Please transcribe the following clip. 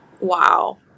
Wow